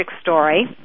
story